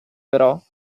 però